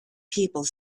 people